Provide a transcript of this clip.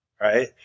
right